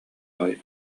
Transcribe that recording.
аҕай